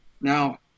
Now